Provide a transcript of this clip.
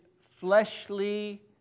fleshly